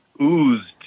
oozed